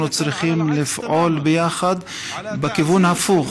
אנחנו צריכים לפעול יחד בכיוון הפוך: